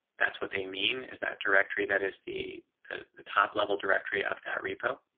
that's what they mean is that directory that is the the top level directory of that repo.